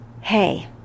hey